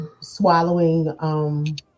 swallowing